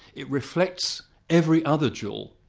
it reflects every other jewel,